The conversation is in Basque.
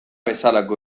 bezalako